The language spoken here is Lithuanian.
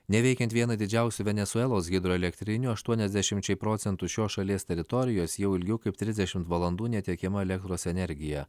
neveikiant vienai didžiausių venesuelos hidroelektrinių aštuoniasdešimčiai procentų šios šalies teritorijos jau ilgiau kaip trisdešim valandų netiekiama elektros energija